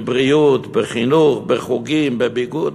בבריאות, בחינוך, בחוגים, בביגוד,